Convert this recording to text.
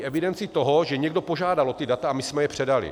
Evidenci toho, že někdo požádá o ta data a my jsme je předali.